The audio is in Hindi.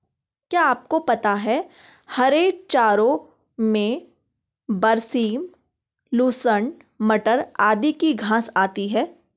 क्या आपको पता है हरे चारों में बरसीम, लूसर्न, मटर आदि की घांस आती है?